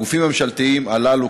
הגופים הממשלתיים הללו,